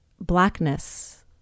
blackness